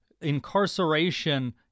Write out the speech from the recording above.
Incarceration